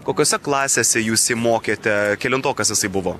kokiose klasėse jūs jį mokėte kelintokas jisai buvo